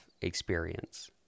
experience